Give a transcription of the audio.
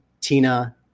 Tina